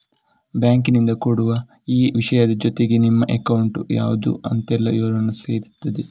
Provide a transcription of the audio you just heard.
ಬ್ಯಾಂಕಿನಿಂದ ಕೊಡುವ ಈ ವಿಷಯದ ಜೊತೆಗೆ ನಿಮ್ಮ ಅಕೌಂಟ್ ಯಾವ್ದು ಅಂತೆಲ್ಲ ವಿವರಗಳೂ ಸೇರಿರ್ತದೆ